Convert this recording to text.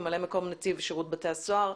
ממלא מקום נציב שירות בתי הסוהר,